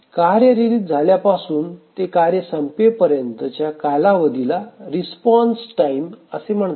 कार्य रिलीज झाल्यापासून ते कार्य संपेपर्यंत च्या कालावधीला रिस्पॉन्स टाईम असे म्हणतात